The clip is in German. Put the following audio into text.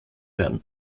werden